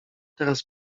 teraz